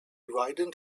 widened